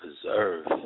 preserve